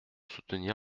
soutenir